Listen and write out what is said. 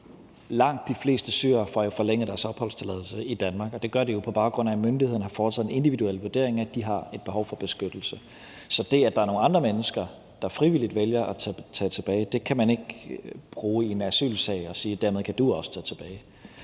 langt de fleste syrere får forlænget deres opholdstilladelse i Danmark, og det gør de jo, på baggrund af at myndighederne har foretaget den individuelle vurdering, at de har et behov for beskyttelse. Så det, at der er nogle andre mennesker, der frivilligt vælger at tage tilbage, kan man ikke bruge i en asylsag og sige: Dermed kan du også tage tilbage.